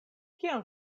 kion